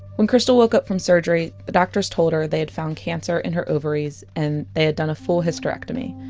when krystal woke up from surgery. the doctors told her they had found cancer in her ovaries and they had done a full hysterectomy.